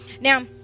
Now